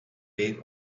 big